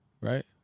Right